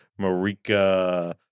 Marika